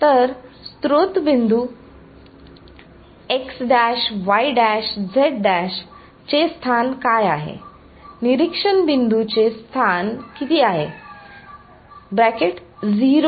तर स्त्रोत बिंदू x y z चे स्थान काय आहे निरीक्षण बिंदूचे स्थान किती आहे 00 z बरोबर